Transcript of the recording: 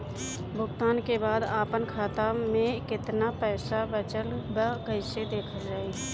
भुगतान के बाद आपन खाता में केतना पैसा बचल ब कइसे देखल जाइ?